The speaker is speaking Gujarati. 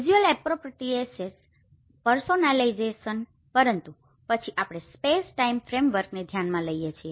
વિઝ્યુઅલ અપ્પ્રોપ્રીએટનેસ પર્સોનાલાઇઝેશન પરંતુ પછી આપણે સ્પેસ ટાઇમ ફ્રેમવર્કને ધ્યાનમાં લઈએ છીએ